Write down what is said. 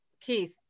Keith